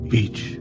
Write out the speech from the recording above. Beach